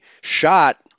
shot